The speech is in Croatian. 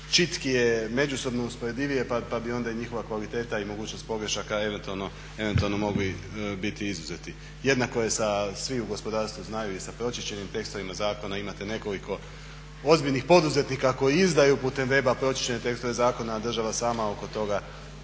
čitkije, međusobno usporedivije pa bi onda i njihova kvaliteta i mogućnost pogrešaka eventualno mogli biti izuzeti. Jednako je, i svi u gospodarstvu znaju, i sa pročišćenim tekstovima zakona. Imate nekoliko ozbiljnih poduzetnika koji izdaju putem weba pročišćene tekstove zakona a država sama oko toga